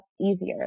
easier